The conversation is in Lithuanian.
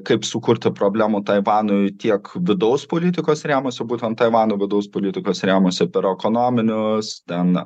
kaip sukurti problemų taivanui tiek vidaus politikos ir jam visom būtent taivano vidaus politikos rėmuose per ekonominius ten